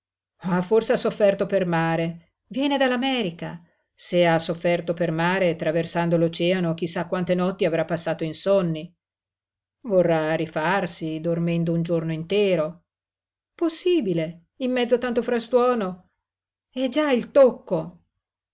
dormito forse ha sofferto per mare viene dall'america se ha sofferto per mare traversando l'oceano chi sa quante notti avrà passato insonni vorrà rifarsi dormendo un giorno intero possibile in mezzo a tanto frastuono è già il tocco